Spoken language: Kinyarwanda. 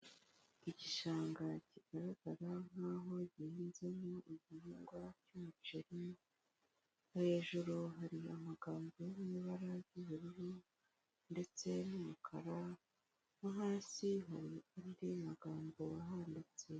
Igishanga kigaragara nk'aho gihinzemo igihingwa cy'umuceri mu hejuru hari amagambo y'ibara ry'ubururu ndetse n'umukara wo hasi hari andi magambo wahanditse.